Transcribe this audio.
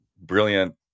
brilliant